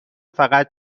فقط